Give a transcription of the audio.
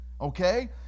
okay